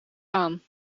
aan